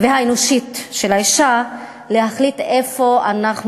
והאנושית של האישה להחליט איפה אנחנו